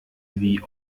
wie